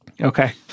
Okay